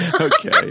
Okay